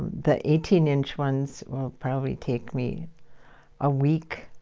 the eighteen inch ones will probably take me a week,